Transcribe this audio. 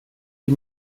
die